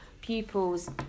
pupils